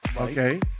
okay